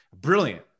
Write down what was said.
brilliant